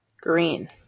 Green